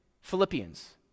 Philippians